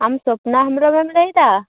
ᱟᱢ ᱥᱚᱯᱱᱟ ᱦᱮᱢᱵᱨᱚᱢ ᱮᱢ ᱞᱟ ᱭ ᱮᱫᱟ